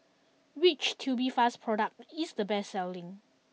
which Tubifast product is the best selling